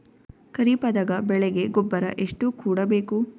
ಖರೀಪದ ಬೆಳೆಗೆ ಗೊಬ್ಬರ ಎಷ್ಟು ಕೂಡಬೇಕು?